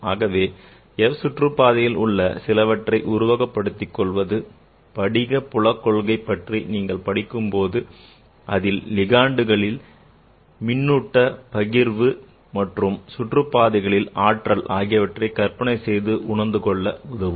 ஆகவே f சுற்றுப்பாதையில் உள்ள சிலவற்றை உருவகப் படுத்திக் கொள்வது படிக புலக்கொள்கை பற்றி நீங்கள் படிக்கும்போது அதில் லிகாண்டுகளில் மின்னூட்ட பகிர்வு மற்றும் சுற்றுப் பாதைகளில் ஆற்றல் ஆகியவற்றை கற்பனை செய்து உணர்ந்து கொள்ள உதவும்